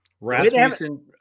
Rasmussen